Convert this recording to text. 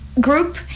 group